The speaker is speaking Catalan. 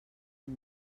amb